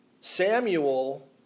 Samuel